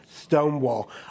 stonewall